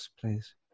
please